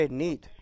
neat